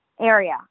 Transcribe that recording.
area